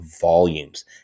volumes